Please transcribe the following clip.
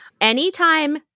Anytime